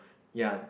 ya